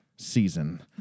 Season